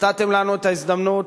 נתתם לנו את ההזדמנות